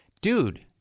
Dude